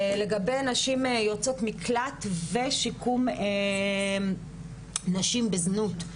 לגבי נשים יוצאות מקלט ושיקום נשים בזנות.